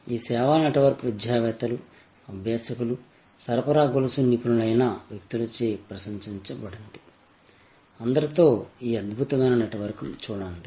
ఈ సేవా నెట్వర్క్ విద్యావేత్తలు అభ్యాసకులు సరఫరా గొలుసు నిపుణులైన వ్యక్తులచే ప్రశంసించబడింది అందరితో ఈ అద్భుతమైన నెట్వర్క్ను చూడండి